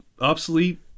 obsolete